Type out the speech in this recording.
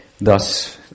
thus